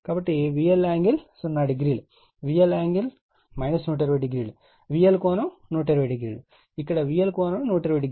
కాబట్టి VL ∠00 VL ∠ 1200 VL ∠1200 మరియు ఇక్కడ VL ∠1200 రెండూ ఒకటే